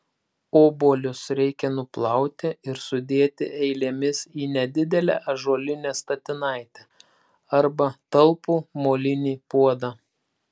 obuolius reikia nuplauti ir sudėti eilėmis į nedidelę ąžuolinę statinaitę arba talpų molinį puodą